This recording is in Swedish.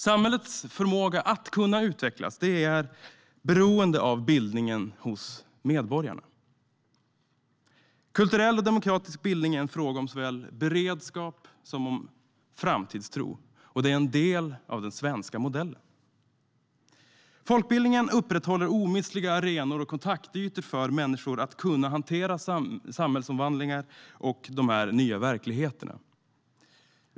Samhällets förmåga att utvecklas är beroende av bildningen hos medborgarna. Kulturell och demokratisk bildning är en fråga om såväl beredskap som framtidstro, och det är en del av den svenska modellen. Folkbildningen upprätthåller omistliga arenor och kontaktytor för människor att hantera samhällsomvandlingar och de nya verkligheterna.